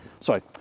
sorry